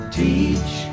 teach